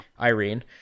irene